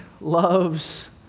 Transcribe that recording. loves